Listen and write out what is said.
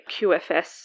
QFS